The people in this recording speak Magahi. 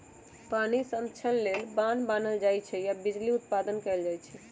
पानी संतक्षण लेल बान्ह बान्हल जाइ छइ आऽ बिजली उत्पादन कएल जाइ छइ